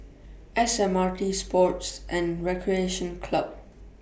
S M R T Sports and Recreation Club